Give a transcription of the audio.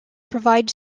provide